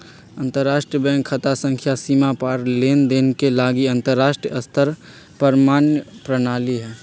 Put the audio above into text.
अंतरराष्ट्रीय बैंक खता संख्या सीमा पार लेनदेन के लागी अंतरराष्ट्रीय स्तर पर मान्य प्रणाली हइ